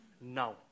now